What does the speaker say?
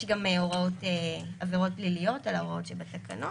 יש גם עבירות פליליות על ההוראות שבתקנות.